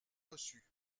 reçues